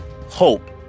Hope